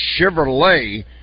Chevrolet